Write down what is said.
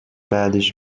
بعدش